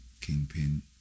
kingpin